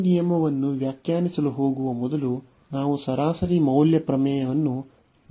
ಈ ನಿಯಮವನ್ನು ವ್ಯಾಖ್ಯಾನಿಸಲು ಹೋಗುವ ಮೊದಲು ನಾವು ಸರಾಸರಿ ಮೌಲ್ಯ ಪ್ರಮೇಯಗಳನ್ನು ನೆನಪಿಸಿಕೊಳ್ಳಬೇಕು